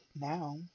now